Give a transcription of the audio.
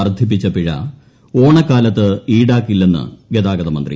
വർധിപ്പിച്ചുപിഴ ഓണ്ക്കാലത്ത് ഇൌടാക്കില്ലെന്ന് ഗതാഗത മന്ത്രി